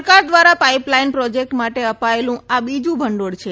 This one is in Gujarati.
સરકાર દ્રારા પાઈપલાઈન પોજેક્ટ માટે અપાયેલું આ બીજુ ભંડોળ છે